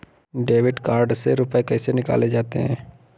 Debit card से रुपये कैसे निकाले जाते हैं?